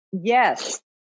yes